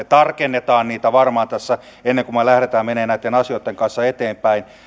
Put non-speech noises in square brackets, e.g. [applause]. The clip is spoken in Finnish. [unintelligible] tarkennamme niitä varmaan tässä ennen kuin me lähdemme menemään näitten asioitten kanssa eteenpäin